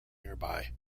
nearby